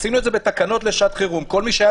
עשינו את זה בתקנות לשעת חירום וכל מי שהיה